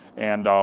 and